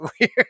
weird